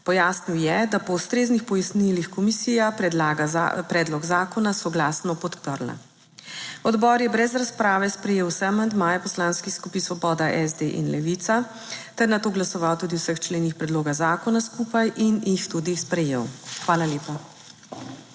Pojasnil je, da po ustreznih pojasnilih komisija predlaga, predlog zakona soglasno podprla. Odbor je brez razprave sprejel vse amandmaje poslanskih skupin Svoboda, SD in Levica ter nato glasoval tudi o vseh členih predloga zakona skupaj in jih tudi sprejel. Hvala lepa.